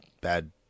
bad